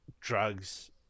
drugs